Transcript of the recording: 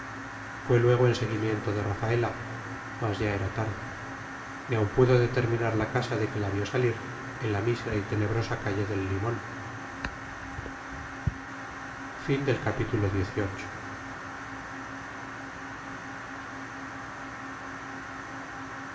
fue luego en seguimiento de rafaela mas ya era tarde ni aun pudo determinar la casa de que la vio salir en la mísera y tenebrosa calle del limón